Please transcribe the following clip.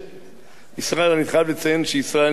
אני חייב לציין שישראל נמנע מלדבר לשון הרע.